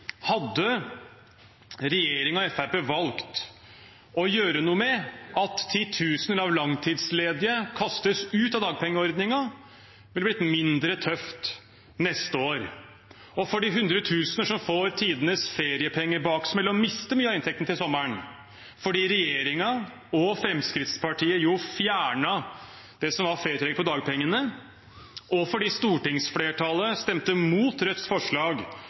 hadde regjeringen og Fremskrittspartiet valgt å gjøre noe med at titusener av langtidsledige kastes ut av dagpengeordningen, ville det blitt mindre tøft neste år – også for de hundretusener som får tidenes feriepengebaksmell og mister mye av inntekten til sommeren, fordi regjeringen og Fremskrittspartiet fjernet det som var ferietillegget på dagpengene, og fordi stortingsflertallet stemte mot Rødts forslag